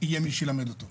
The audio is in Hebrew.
יהיה מי שילמד אותו.